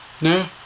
no